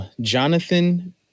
Jonathan